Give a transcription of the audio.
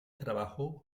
trabajó